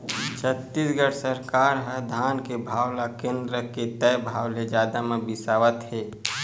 छत्तीसगढ़ सरकार ह धान के भाव ल केन्द्र के तय भाव ले जादा म बिसावत हे